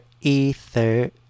ether